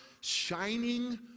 shining